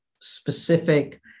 specific